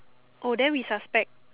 oh then we suspect